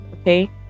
okay